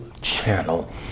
channel